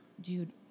Dude